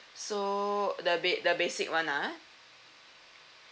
so the ba~ the basic [one] ah